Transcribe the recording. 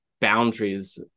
boundaries